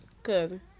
cousin